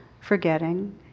forgetting